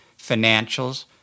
financials